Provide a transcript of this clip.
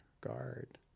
guard